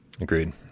Agreed